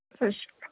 ਸਤਿ ਸ਼੍ਰੀ ਅਕਾਲ